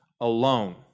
alone